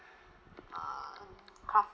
err craft